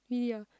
really ah